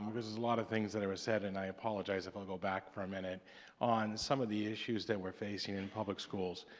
um there's a lot of things that were said and i apologize if i'll go back for a minute on some of the issues that we're facing in public schools.